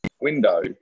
window